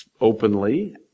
openly